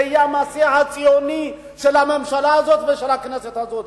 זה יהיה המעשה הציוני של הממשלה הזאת ושל הכנסת הזאת,